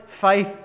faith